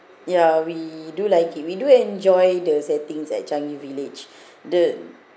ya we do like it we do enjoy the settings at changi village the